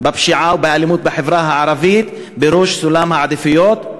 בפשיעה ובאלימות בחברה הערבית בראש סולם העדיפויות.